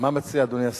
מה מציע אדוני השר?